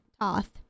Toth